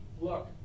look